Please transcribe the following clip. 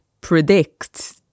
predict